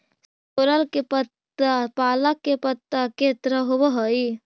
सोरल के पत्ता पालक के पत्ता के तरह होवऽ हई